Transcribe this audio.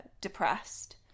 depressed